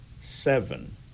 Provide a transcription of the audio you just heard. seven